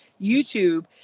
YouTube